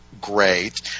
great